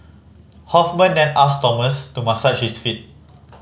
Hoffman then asked Thomas to massage his feet